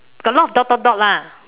got a lot of dot dot dot lah